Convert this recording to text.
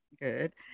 Good